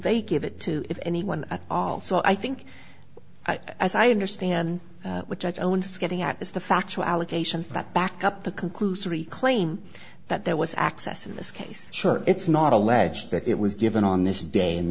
they give it to if anyone at all so i think as i understand which owns getting at is the factual allegation that back up the conclusory claim that there was access in this case sure it's not alleged that it was given on this day